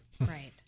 Right